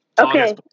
Okay